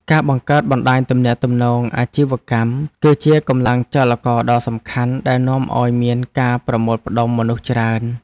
ការបង្កើតបណ្តាញទំនាក់ទំនងអាជីវកម្ម គឺជាកម្លាំងចលករដ៏សំខាន់ដែលនាំឱ្យមានការប្រមូលផ្ដុំមនុស្សច្រើន។